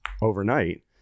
overnight